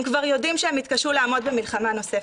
הם כבר יודעים שהם יתקשו לעמוד במלחמה נוספת.